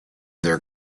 their